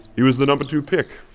he was the no. but two pick